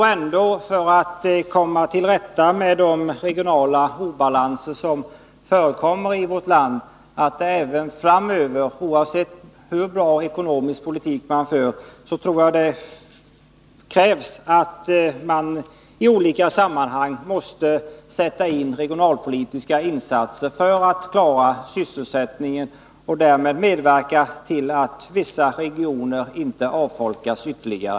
Men för att komma till rätta med de regionala obalanser som förekommer i vårt land tror jag ändå att det även framöver — oavsett hur bra ekonomisk politik som förs — kommer att krävas att man i olika sammanhang sätter in regionalpolitiska insatser för att klara sysselsättningen och därmed medverka till att vissa regioner inte avfolkas ytterligare.